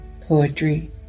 Poetry